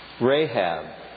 Rahab